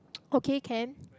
okay can